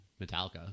metallica